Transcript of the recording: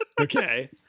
Okay